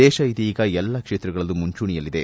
ದೇಶ ಇದೀಗ ಎಲ್ಲಾ ಕ್ಷೇತ್ರಗಳಲ್ಲೂ ಮುಂಚೂಣಿಯಲ್ಲಿದೆ